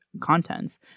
contents